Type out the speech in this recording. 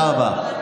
זהו, תודה רבה.